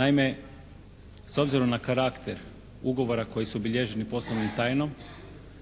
Naime, s obzirom na karakter ugovora koji su obilježeni poslovnom tajnom